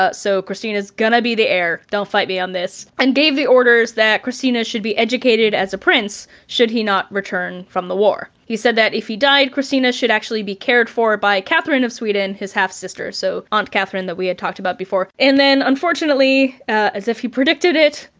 ah so kristina's gonna be the heir, don't fight me on this and gave the orders that kristina should be educated as a prince, should he not return from the war. he said that if he died, kristina should actually be cared for by catherine of sweden, his half sister. so aunt catherine that we had talked about before. and then unfortunately, ah as if he predicted it,